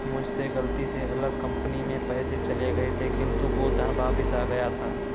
मुझसे गलती से अलग कंपनी में पैसे चले गए थे किन्तु वो धन वापिस आ गया था